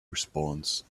response